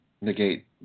negate